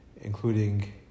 including